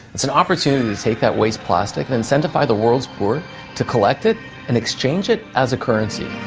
it's an opportunity to take that waste plastic and incentify the world's poor to collect it and exchange it as a currency.